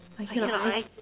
I cannot I